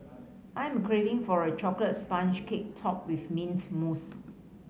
I am craving for a chocolate sponge cake topped with mint mousse